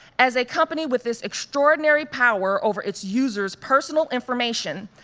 as a company with this extraordinary power over its users' personal information,